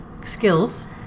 Skills